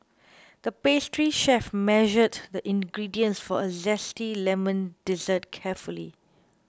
the pastry chef measured the ingredients for a Zesty Lemon Dessert carefully